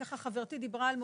חברתי דיברה על מוביליות.